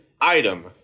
item